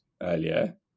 earlier